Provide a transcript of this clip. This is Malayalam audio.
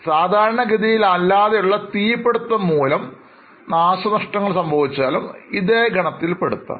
സാധാരണഗതിയിൽ അല്ലാത്ത തീപിടുത്തം മൂലംനാശനഷ്ടങ്ങൾ സംഭവിച്ചാൽ ഇതേ ഗണത്തിൽ പെടുത്താം